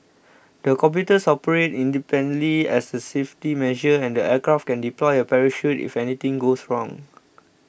the computers operate independently as the safety measure and the aircraft can deploy a parachute if anything goes wrong